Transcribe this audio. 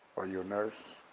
are you a nurse?